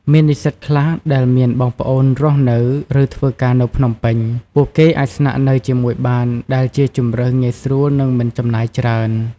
មាននិស្សិតខ្លះដែលមានបងប្អូនរស់នៅ ឬធ្វើការនៅភ្នំពេញ ពួកគេអាចស្នាក់នៅជាមួយបាន ដែលជាជម្រើសងាយស្រួលនិងមិនចំណាយច្រើន។